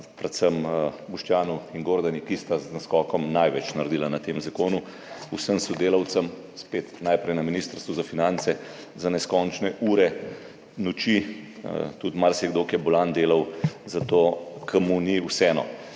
predvsem Boštjanu in Gordani, ki sta z naskokom največ naredila na tem zakonu, vsem sodelavcem, spet najprej na Ministrstvu za finance, za neskončne ure noči, marsikdo je tudi bolan delal, zato ker mu ni vseeno,